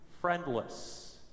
friendless